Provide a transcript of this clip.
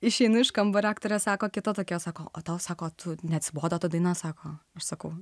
išeinu iš kambario aktorė sako kita tokia sako o tau sako tu neatsibodo ta daina sako aš sakau